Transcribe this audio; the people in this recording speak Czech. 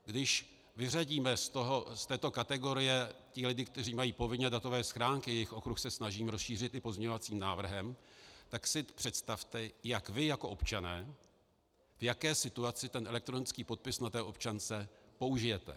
Když vyřadíme z této kategorie ty lidi, kteří mají povinně datové schránky, jejichž okruh se snažím rozšířit i pozměňovacím návrhem, tak si představte, jak vy jako občané, v jaké situaci ten elektronický podpis na občance použijete.